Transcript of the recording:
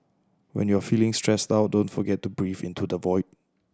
when you are feeling stressed out don't forget to breathe into the void